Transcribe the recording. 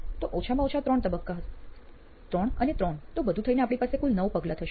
તો ઓછામાં ઓછા 3 તબક્કા હશે 3 અને 3 તો બધું થઈને આપણી પાસે કુલ 9 પગલાં થશે